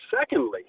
Secondly